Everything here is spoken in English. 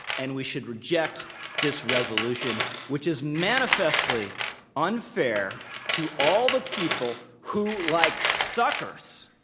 and we should reject this resolution which is manifestly unfair to all the people who, like suckers,